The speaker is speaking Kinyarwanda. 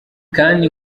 kandi